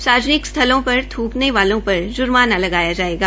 सार्वजनिक स्थलों पर थूकने वालों पर जुर्माना लगाया जायेगा